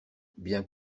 bien